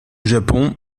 japon